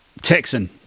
Texan